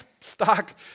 stock